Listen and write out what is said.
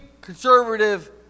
conservative